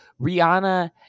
Rihanna